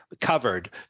covered